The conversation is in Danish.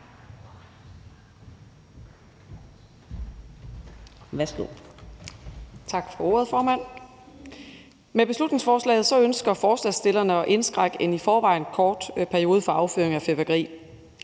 Med beslutningsforslaget ønsker forslagsstillerne at indskrænke en i forvejen kort periode for affyring af fyrværkeri.